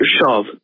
shove